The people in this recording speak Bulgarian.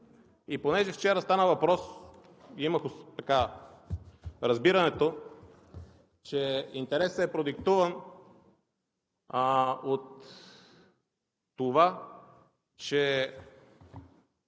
Понеже вчера стана въпрос и имах разбирането, че интересът е продиктуван от това, че